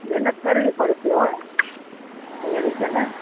મહેનત કરવી પડશે હો તૈયારી છે ને